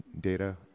data